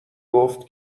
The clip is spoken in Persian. گفت